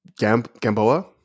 Gamboa